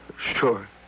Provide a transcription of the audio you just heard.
Sure